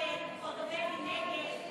ההסתייגות (2) של קבוצת סיעת המחנה הציוני